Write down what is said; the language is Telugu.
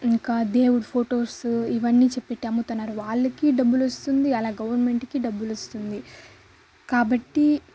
ఇంకా దేవుని ఫొటోస్ ఇవన్నీ చే పెట్టి అమ్ముతున్నారు వాళ్ళకి డబ్బులొస్తుంది అలా గవర్నమెంట్కి డబ్బులొస్తుంది కాబట్టి